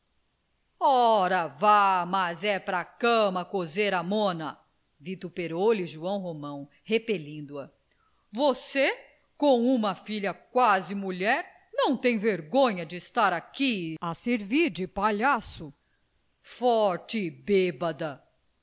ora vá mas é pra cama cozer a mona vituperou lhe joão romão repelindo a você com uma filha quase mulher não tem vergonha de estar aqui a servir de palhaço forte bêbada